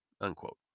unquote